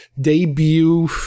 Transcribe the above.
debut